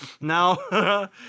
Now